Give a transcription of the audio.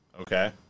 Okay